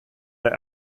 der